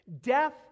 Death